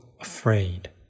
afraid